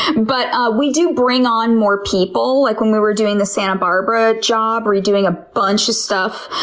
but we do bring on more people, like when we were doing the santa barbara job, redoing a bunch of stuff,